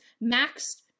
Max